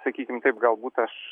sakykim taip galbūt aš